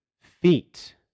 feet